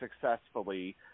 successfully